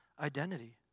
identity